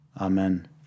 Amen